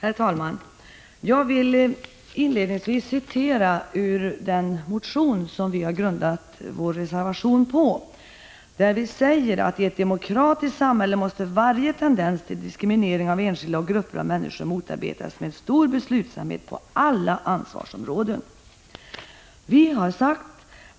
Herr talman! Jag vill inledningsvis citera ur den motion som vi moderater har grundat vår reservation på. Vi säger där: ”TI ett demokratiskt samhälle måste varje tendens till diskriminering av enskilda och grupper av människor motarbetas med stor beslutsamhet på alla ansvarsområden.” Vi har vidare sagt